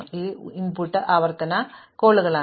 അതിനാൽ ഇവ ഇൻപുട്ട് ആവർത്തന കോളുകളാണ്